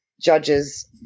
judges